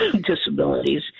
disabilities